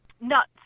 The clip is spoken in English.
nuts